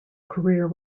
career